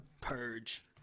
purge